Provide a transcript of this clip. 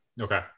Okay